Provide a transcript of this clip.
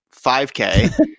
5K